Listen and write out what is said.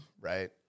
right